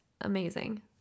Amazing